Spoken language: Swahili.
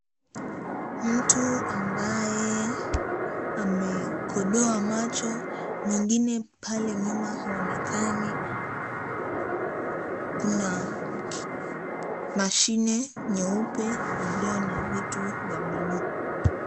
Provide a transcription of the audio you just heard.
Mtu ambaye amekodoa macho. Mwingine pale nyuma haionekani. Kuna mashine nyeupe iliyo na vitu za blue .